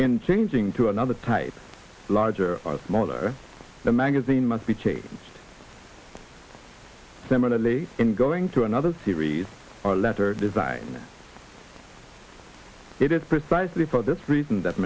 and changing to another type larger or smaller the magazine might be changed similarly in going to another series or letter design it is precisely for this reason that